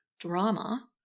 Drama